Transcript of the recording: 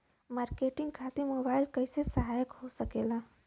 Marketing खातिर mobile कइसे सहायक हो सकेला?